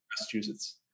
Massachusetts